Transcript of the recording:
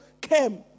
came